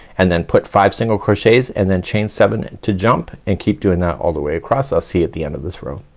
and then put five single crochets, and then chain seven to jump, and keep doing that all the way across, i'll see at the end of this row.